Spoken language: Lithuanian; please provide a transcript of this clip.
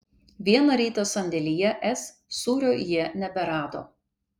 vieną rytą sandėlyje s sūrio jie neberado